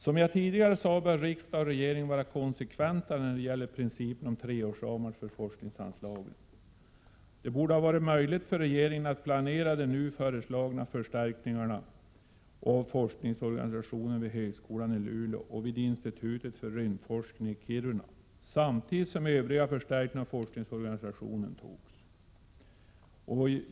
Som jag tidigare sade bör riksdag och regering vara konsekventa när det gäller principen om treårsramar för forskningsanslagen. Det borde ha varit möjligt för regeringen att planera de nu föreslagna förstärkningarna av forskningsorganisationen vid högskolan i Luleå och vid institutet vid rymdforskning i Kiruna samtidigt som övriga förstärkningar av forskningsorganisationen förbereddes.